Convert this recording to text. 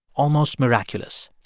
almost miraculous.